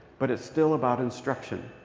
but it's still about instruction.